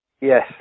Yes